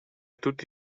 tutti